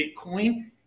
Bitcoin